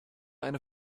eine